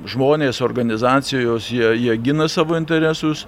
žmonės organizacijos jie jie gina savo interesus